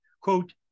quote